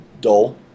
dull